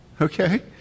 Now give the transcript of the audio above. Okay